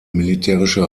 militärische